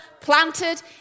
planted